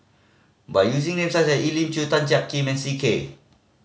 by using names such as Elim Chew Tan Jiak Kim and C K